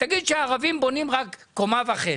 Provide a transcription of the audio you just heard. שערבים בונים רק קומה וחצי.